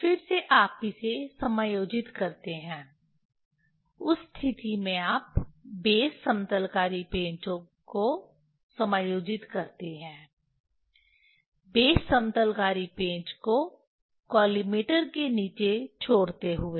फिर से आप इसे समायोजित करते हैं उस स्थिति में आप बेस समतलकारी पेंच को समायोजित करते हैं बेस समतलकारी पेंच को कॉलिमेटर के नीचे छोड़ते हुए